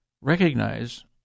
recognize